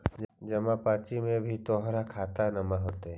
जमा पर्ची में भी तोहर खाता नंबर होतो